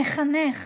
מחנך,